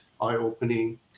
eye-opening